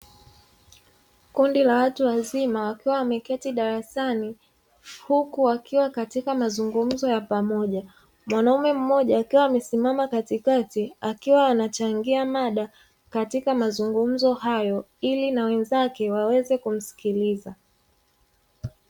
Kundi la watu wazima wakiwa wameketi darasani huku wakiwa katika mazungumzo ya pamoja , mwanaume mmoja akiwa amesimama katikati akiwa anachangia mada katika mazungumzo hayo ili na wenzake waweze kumsikiliza.